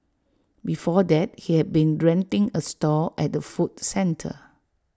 before that he had been renting A stall at the food centre